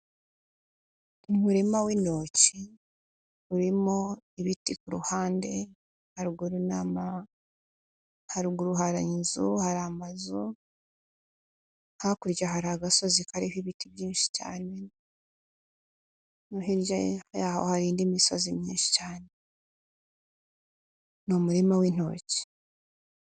Umurima w'intoki urimo ibiti kuhande haguru hari inzu hari amazu, hakurya hari agasozi kariho ibiti byinshi cyane, no hirya yaho hari indi misozi myinshi cyane, ni umurima w'intoki.